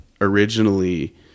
originally